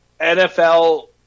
NFL